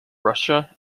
russia